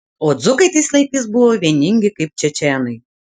o dzūkai tais laikais buvo vieningi kaip čečėnai